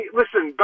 listen